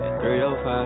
305